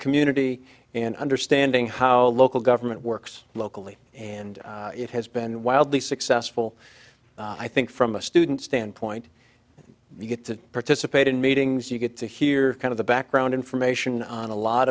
community and understanding how local government works locally and it has been wildly successful i think from a student standpoint you get to participate in meetings you get to hear kind of the background information on a lot